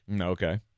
Okay